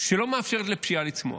שלא מאפשרת לפשיעה לצמוח.